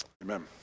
Amen